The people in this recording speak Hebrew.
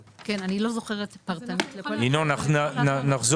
אינפלציה אנחנו ב-5.3%